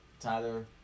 Tyler